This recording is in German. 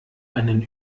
einen